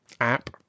app